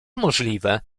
możliwe